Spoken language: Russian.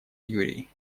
юрий